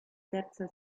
terza